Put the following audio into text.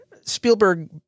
spielberg